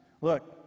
Look